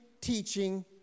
teaching